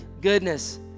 goodness